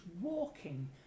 walking